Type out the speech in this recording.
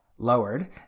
lowered